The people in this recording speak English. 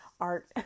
art